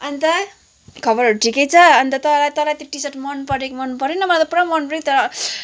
अन्त खबरहरू ठिकै छ अन्त तँलाई तँलाई त्यो टिसर्ट मनपऱ्यो कि मनपरेन मलाई त पुरा मनपऱ्यो तर